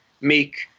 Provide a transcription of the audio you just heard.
make